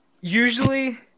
Usually